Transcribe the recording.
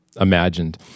imagined